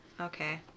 Okay